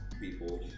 people